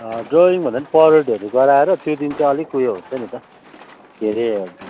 ड्रविङभन्दा परेडहरू गराएर त्यो दिन चाहिँ अलिक उयो हुन्छ नि त के अरे